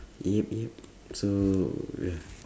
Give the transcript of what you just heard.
yup yup so ya